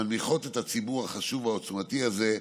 המילים מנמיכות את הציבור החשוב והעוצמתי הזה.